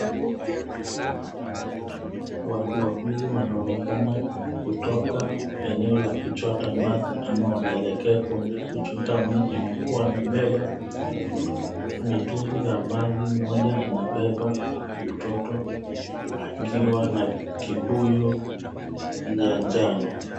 Watu wawili wanaonekana kutoka eneo la kuchota maji au wanatoka ama wanaelekea kuenda kuchota maji huku wamebeba mitungi za maji, Moja anabeba mtoto akiwa na kibuyun ya njano.